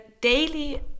daily